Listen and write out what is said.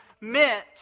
meant